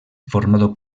formado